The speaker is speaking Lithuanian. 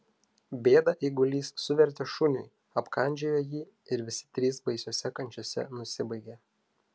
bėdą eigulys suvertė šuniui apkandžiojo jį ir visi trys baisiose kančiose nusibaigė